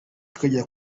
kajya